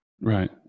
Right